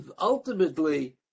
ultimately